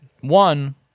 one